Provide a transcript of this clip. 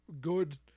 good